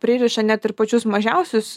pririša net ir pačius mažiausius